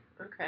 Okay